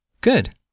Good